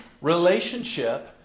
relationship